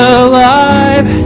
alive